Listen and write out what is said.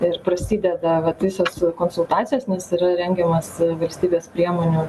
ir prasideda vat visos konsultacijos nes yra rengiamas valstybės priemonių